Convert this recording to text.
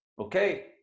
Okay